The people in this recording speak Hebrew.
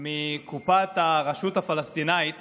מקופת הרשות הפלסטינית